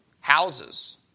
houses